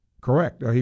correct